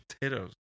potatoes